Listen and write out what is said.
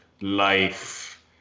life